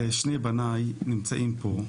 שני בניי נמצאים פה.